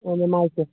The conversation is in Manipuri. ꯃꯥꯏꯁꯦ